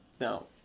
no